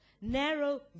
narrow